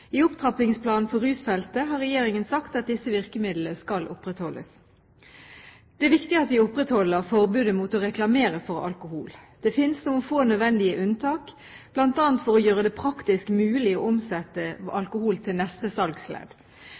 I Opptrappingsplan for rusfeltet har regjeringen sagt at disse virkemidlene skal opprettholdes. Det er viktig at vi opprettholder forbudet mot å reklamere for alkohol. Det finnes noen få nødvendige unntak, bl.a. for å gjøre det praktisk mulig å omsette alkohol til neste